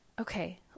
Okay